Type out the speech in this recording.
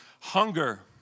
Hunger